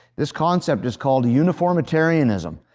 this concept is called uniformitarianism,